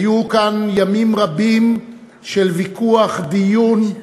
היו כאן ימים רבים של ויכוח, דיון,